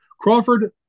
Crawford